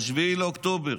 ב-7 באוקטובר,